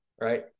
right